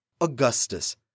Augustus